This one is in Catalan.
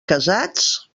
casats